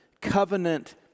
covenant